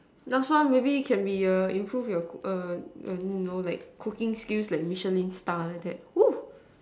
last one maybe can be err improve your cook don't know cooking skills like Michelin star like that